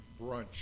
brunch